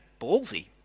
ballsy